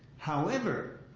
however,